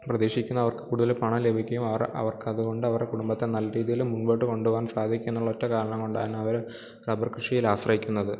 പ്രതീക്ഷിക്കുന്നതവർക്ക് കൂടുതൽ പണം ലഭിക്കും അവർ അവർക്കതുകൊണ്ട് അവരുടെ കുടുംബത്തെ നല്ല രീതിയിൽ മുമ്പോട്ട് കൊണ്ടുപോകാൻ സാധിക്കുമെന്നുള്ള ഒറ്റ കാരണം കൊണ്ടാണ് അവർ റബർ കൃഷിയിൽ ആശ്രയിക്കുന്നത്